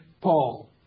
Paul